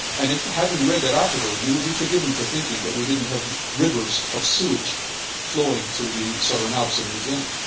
and having read that article, you would be forgiven for thinking that we didn't have rivers of sewage flowing through the southern alps of new zealand.